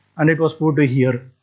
and it was proved here.